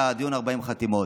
לדיון 40 חתימות.